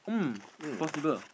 mm possible